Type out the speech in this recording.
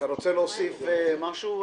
שיביאו חוק.